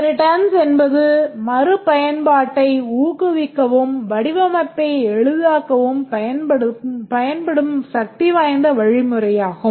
Inheritance என்பது மறுபயன்பாட்டை ஊக்குவிக்கவும் வடிவமைப்பை எளிதாக்கவும் பயன்படும் சக்திவாய்ந்த வழிமுறையாகும்